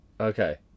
Okay